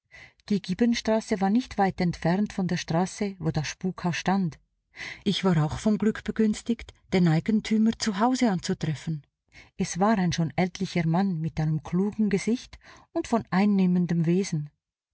die gibbonstraße war nicht weit entfernt von der straße wo das spukhaus stand ich war auch vom glück begünstigt den eigentümer zu hause anzutreffen es war ein schon ältlicher mann mit einem klugen gesicht und von einnehmendem wesen